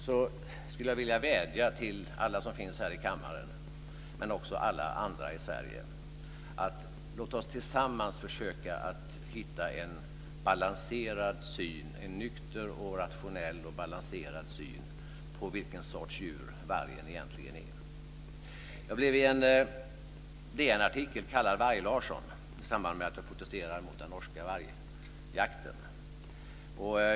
Jag skulle vilja vädja till alla här i kammaren och alla andra i Sverige att tillsammans försöka hitta en nykter, rationell och balanserad syn på vilken sorts djur vargen egentligen är. Jag blev i en DN-artikel kallad Varg-Larsson i samband med att jag protesterade mot den norska vargjakten.